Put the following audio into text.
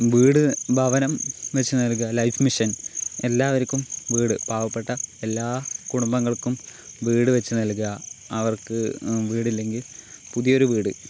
വീട് ഭവനം വെച്ച് നൽകുക ലൈഫ് മിഷൻ എല്ലാവർക്കും വീട് പാവപ്പെട്ട എല്ലാ കുടുംബങ്ങൾക്കും വീട് വെച്ച് നൽകുക അവർക്ക് വീടില്ലെങ്കിൽ പുതിയൊരു വീട്